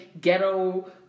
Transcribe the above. ghetto